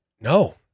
No